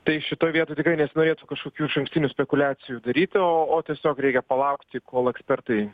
tai šitoj vietoj tikrai nesinorėtų kažkokių išankstinių spekuliacijų daryti o o tiesiog reikia palaukti kol ekspertai